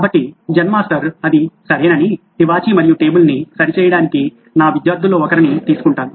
కాబట్టి Zen master అది సరేనని తివాచీ మరియు టేబుల్ను సరి చేయడానికి నా విద్యార్థుల్లో ఒకరిని తీసుకుంటాను